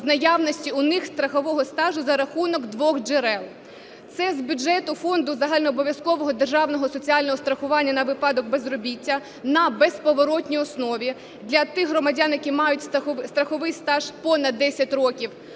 з наявності у них страхового стажу за рахунок двох джерел. Це з бюджету Фонду загальнообов'язкового державного соціального страхування на випадок безробіття на безповоротній основі – для тих громадян, які мають страховий стаж понад 10 років,